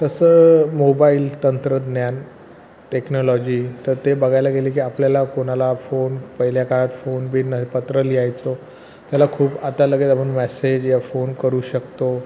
तसं मोबाईल तंत्रज्ञान टेक्नॉलॉजी तर ते बघायला गेले की आपल्याला कोणाला फोन पहिल्या काळात फोन बीन नाही पत्रं लिहायचो त्याला खूप आत्ता लगेच आपण मेसेज या फोन करू शकतो